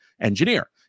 engineer